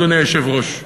אדוני היושב-ראש,